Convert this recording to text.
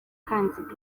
kanziga